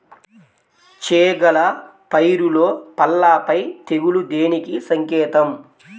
చేగల పైరులో పల్లాపై తెగులు దేనికి సంకేతం?